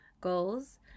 goals